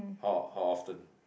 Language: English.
how how often